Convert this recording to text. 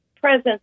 presence